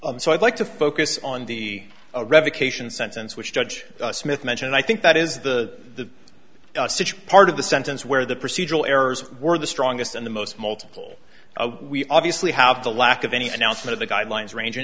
e so i'd like to focus on the a revocation sentence which judge smith mentioned i think that is the part of the sentence where the procedural errors were the strongest and the most multiple we obviously have the lack of any announcement of the guidelines range